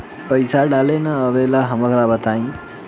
पईसा डाले ना आवेला हमका बताई?